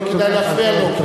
לא כדאי להפריע לו,